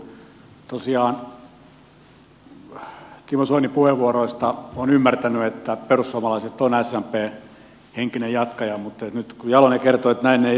tosiaan timo soinin puheenvuoroista olen ymmärtänyt että perussuomalaiset on smpn henkinen jatkaja mutta nyt kun jalonen kertoi että näin ei ole niin pitää korjata näkemyksiä